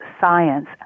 science